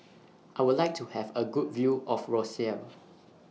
I Would like to Have A Good View of Roseau